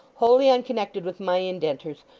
wholly unconnected with my indenters,